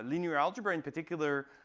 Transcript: linear algebra in particular,